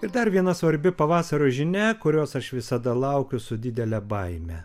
ir dar viena svarbi pavasario žinia kurios aš visada laukiu su didele baime